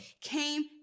Came